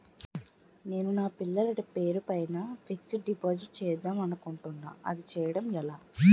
నేను నా పిల్లల పేరు పైన ఫిక్సడ్ డిపాజిట్ చేద్దాం అనుకుంటున్నా అది చేయడం ఎలా?